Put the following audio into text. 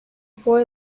boy